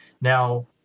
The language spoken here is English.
Now